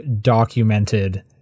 documented